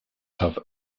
have